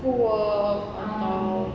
school work atau